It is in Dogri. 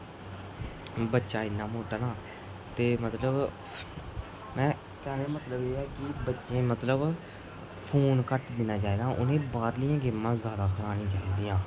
बच्चा इन्ना मुट्टा ते मतलब में मतलब एह् ऐ कि बच्चे गी मतलब फोन घट्ट देना चाहिदा उ'नेंगी बाह्रलियां गेमां खढानी चाहिदियां